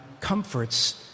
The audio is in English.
comforts